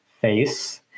Face